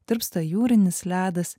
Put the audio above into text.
tirpsta jūrinis ledas